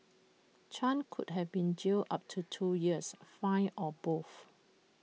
chan could have been jailed up to two years fined or both